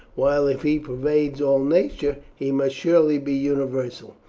while if he pervades all nature he must surely be universal.